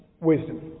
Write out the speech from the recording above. wisdom